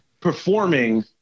performing